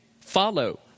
Follow